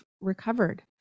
recovered